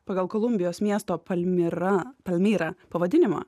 pagal kolumbijos miesto palmyra palmyra pavadinimą